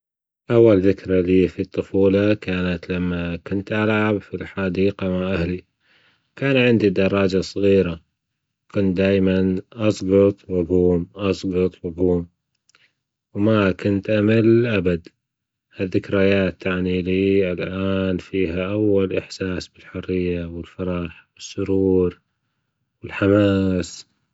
أول ذكرى لي في الطفولة كانت لما كنت ألعب في الحديقة مع أهلي، كان عندي دراجة صغيرة، كنت دايما أسجط وأجوم أسجط وأجوم وما كنت أمل أبد، الذكريات تعني لي الآن فيها أول إحساس بالحرية والفرح والسرور والحماس.